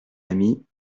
ami